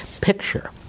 picture